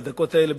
בדקות האלה,